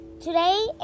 Today